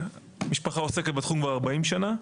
המשפחה עוסקת בתחום כבר 40 שנה.